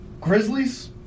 Grizzlies